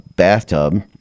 bathtub